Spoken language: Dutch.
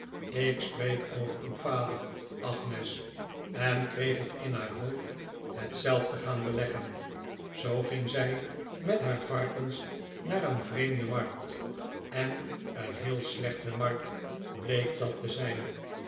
ik spreek over uw vader agnes en kreeg het in haar hoofd het zelf te gaan beleggen zoo ging zij met haar varkens naar een vreemde markt en een heel slechte markt bleek dat te zijn